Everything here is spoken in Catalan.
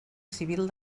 civil